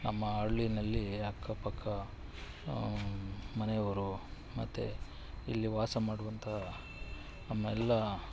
ನಮ್ಮ ಹಳ್ಳಿಯಲ್ಲಿ ಅಕ್ಕಪಕ್ಕ ಮನೆಯವರು ಮತ್ತೆ ಇಲ್ಲಿ ವಾಸ ಮಾಡುವಂಥ ನಮ್ಮೆಲ್ಲ